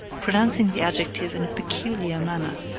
pronouncing the adjective in a peculiar manner.